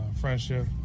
friendship